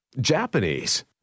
Japanese